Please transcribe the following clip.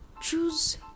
choose